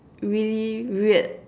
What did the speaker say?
really weird